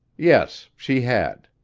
yes, she had.